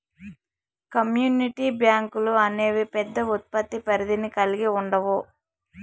community బ్యాంకులు అనేవి పెద్ద ఉత్పత్తి పరిధిని కల్గి ఉండవు